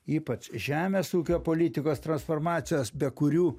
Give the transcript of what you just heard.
ypač žemės ūkio politikos transformacijos be kurių